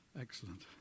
Excellent